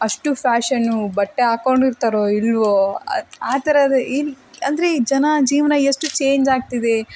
ಅಷ್ಟು ಫ್ಯಾಷನ್ನು ಬಟ್ಟೆ ಹಾಕೊಂಡಿರ್ತರೋ ಇಲ್ಲವೋ ಆ ಥರ ಏನು ಅಂದರೆ ಈ ಜನ ಜೀವನ ಎಷ್ಟು ಚೇಂಜ್ ಆಗ್ತಿದೆ